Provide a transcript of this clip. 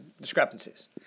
discrepancies